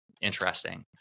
interesting